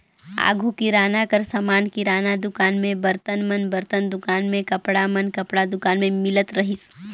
आघु किराना कर समान किराना दुकान में, बरतन मन बरतन दुकान में, कपड़ा मन कपड़ा दुकान में मिलत रहिस